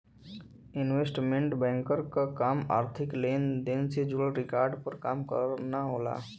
investment banker क काम आर्थिक लेन देन से जुड़ल रिकॉर्ड पर काम करना होला